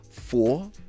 four